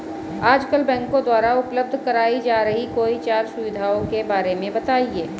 आजकल बैंकों द्वारा उपलब्ध कराई जा रही कोई चार सुविधाओं के बारे में बताइए?